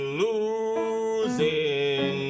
losing